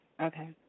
Okay